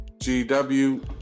GW